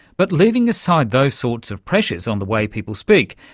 but leaving aside those sorts of pressures on the way people speak,